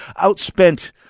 outspent